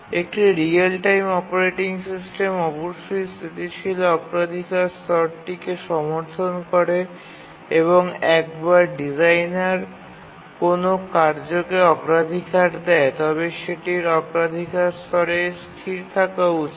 একটি real time operating system অবশ্যই স্থিতিশীল অগ্রাধিকার স্তরটিকে সমর্থন করে এবং একবার ডিজাইনার কোনও কার্যকে অগ্রাধিকার দেয় তবে সেটির অগ্রাধিকার স্তরে স্থির থাকা উচিত